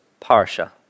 parsha